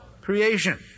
creation